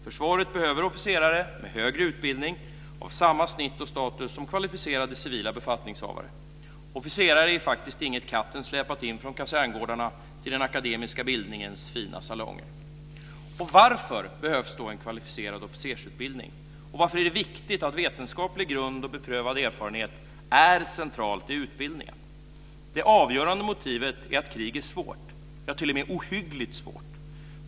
Försvaret behöver officerare med högre utbildning av samma snitt och status som kvalificerade civila befattningshavare. Officerare är faktiskt ingenting som katten släpat in från kaserngårdarna till den akademiska bildningens fina salonger. Och varför behövs då en kvalificerad officersutbildning? Och varför är det viktigt att vetenskaplig grund och beprövad erfarenhet är centralt i utbildningen? Det avgörande motivet är att krig är svårt - ja, t.o.m. ohyggligt svårt.